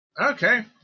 Okay